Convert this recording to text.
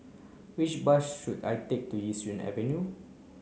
which bus should I take to Yishun Avenue